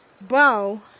bow